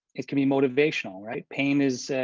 it can be motivational, right? pain is a,